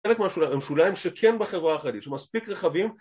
‫חלק מהשוליים שכן בחברה החרדית, ‫שמספיק רחבים...